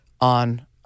on